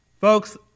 Folks